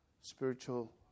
spiritual